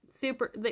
super